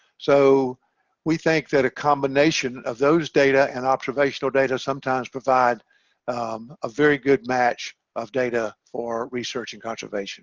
so we think that a combination of those data and observational data sometimes provide a very good match of data for research and conservation